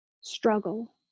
struggle